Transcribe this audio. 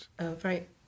Right